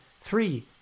three